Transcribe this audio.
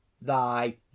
Thy